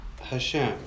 hashem